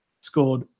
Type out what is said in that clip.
scored